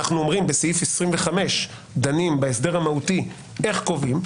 בסעיף 25 אנחנו דנים בהסדר המהותי איך קובעים.